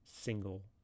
single